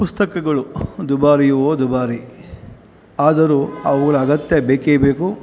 ಪುಸ್ತಕಗಳು ದುಬಾರಿಯೋ ದುಬಾರಿ ಆದರೂ ಅವುಗಳ ಅಗತ್ಯ ಬೇಕೇ ಬೇಕು